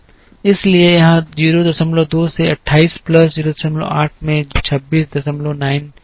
इसलिए यह 02 से 28 प्लस 08 में 26944 और F 5 में होगा